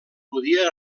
podien